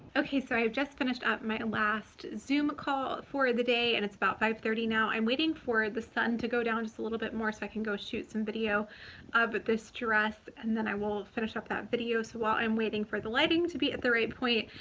okay so i've just finished up my last zoom call for the day and it's about five thirty now. i'm waiting for the sun to go down just a little bit more so i can go shoot some video of but this dress and then i will finish up that video. so while i'm waiting for the lighting to be at the right point,